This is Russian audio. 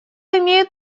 имеет